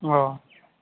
अ